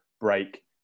break